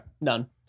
None